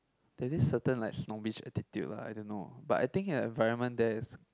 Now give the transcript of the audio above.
there's this certain like snobbish attitude lah I don't know but I think the environment there is